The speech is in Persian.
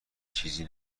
چیزی